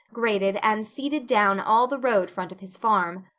graded, and seeded down all the road front of his farm.